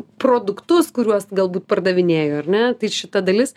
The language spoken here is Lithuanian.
produktus kuriuos galbūt pardavinėju ar ne tai šita dalis